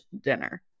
dinner